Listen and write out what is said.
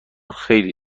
خیلی